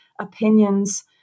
opinions